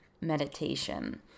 Meditation